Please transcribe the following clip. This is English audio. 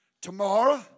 Tomorrow